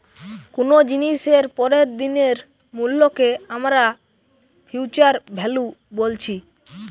কুনো জিনিসের পরের দিনের মূল্যকে আমরা ফিউচার ভ্যালু বলছি